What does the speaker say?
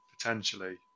potentially